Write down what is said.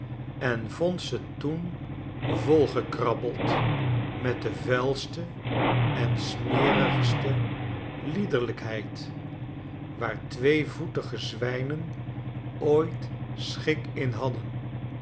en vond ze toen volgekrabbeld met de vuilste en smerigste liederlijkheid waartweevoetige zwijnen ooit schik in hadden